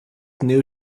knew